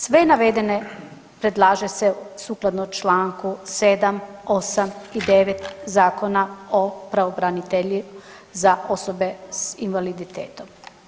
Sve navedene, predlaže se sukladno čl. 7, 8 i 9 Zakon o pravobranitelji za osobe s invaliditetom.